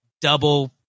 double